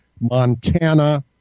Montana